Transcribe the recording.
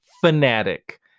fanatic